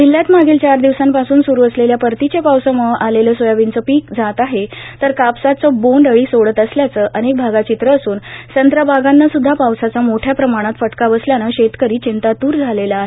जिल्ह्यात मागील चार दिवसांपासून सुरू असलेल्या परतीच्या पावसाम्ळं आलेलं सोयाबीनचं पिक जात आहे तर कापसाचं बोंड आळी सोडत असल्याचं अनेक भागात चित्र असून संत्रा बागांना सुद्धा पावसाचा मोठ्या प्रमाणात फटका बसल्यानं शेतकरी चिंतात्र झालेला आहे